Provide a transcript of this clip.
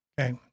Okay